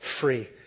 free